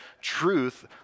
truth